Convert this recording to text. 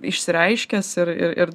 išsireiškęs ir ir ir